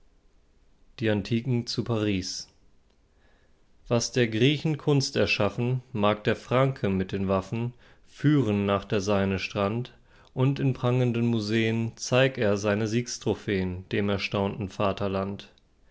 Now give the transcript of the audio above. die antiken zu paris was der griechen kunst erschaffen mag der franke mit den waffen führen nach der seine strand und in prangenden museen zeig er seine siegstrophäen dem erstaunten vaterland